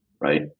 right